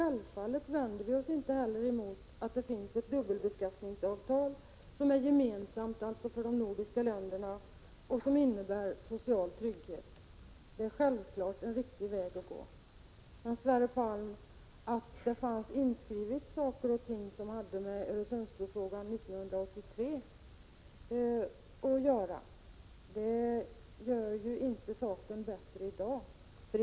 Självfallet vänder vi oss inte heller mot att det finns ett dubbelbeskattningsavtal, som är gemensamt för de nordiska länderna och som innebär social trygghet — det är naturligtvis en riktig väg att gå. § Men, Sverre Palm, att det 1983 fanns en bestämmelse inskriven i avtal som rörde Öresundsbrofrågan gör ju inte saken bättre i dag.